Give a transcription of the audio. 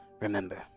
remember